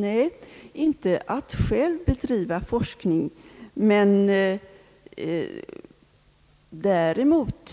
Nej, inte att själv bedriva forskning — däremot